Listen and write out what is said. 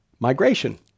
Migration